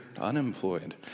unemployed